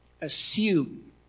assume